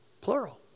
plural